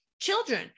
children